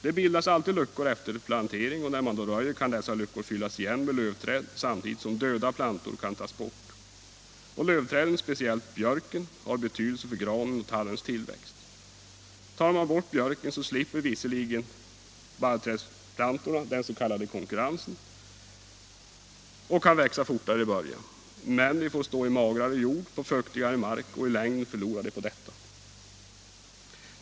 Det bildas alltid luckor efter plantering och när man röjer kan dessa luckor fyllas igen med lövträd samtidigt som döda plantor kan tas bort. Lövträden, speciellt björken, har betydelse för granens och tallens tillväxt. Tar man bort björken slipper visserligen barrträdsplantorna konkurrens och kan växa fortare i början, men de får stå i magrare jord, på fuktigare mark och i längden förlorar de på detta.